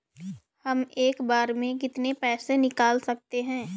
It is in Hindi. हम एक बार में कितनी पैसे निकाल सकते हैं?